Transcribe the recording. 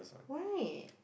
why